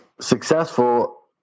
successful